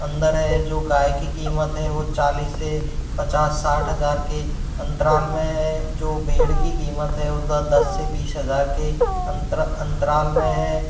अंदर है जो गाय की कीमत है वो चालीस से पचास साठ हज़ार के अंतराल में है जो भेड़ की कीमत है दस से बीस हज़ार के अंत अंतराल में है